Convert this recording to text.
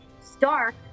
Stark